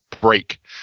break